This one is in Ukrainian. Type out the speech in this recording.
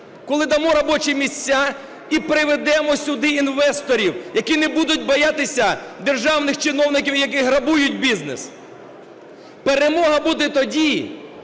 коли дамо робочі місця і приведемо сюди інвесторів, які не будуть боятися державних чиновників, які грабують бізнес. Перемога буде тоді,